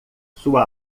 sua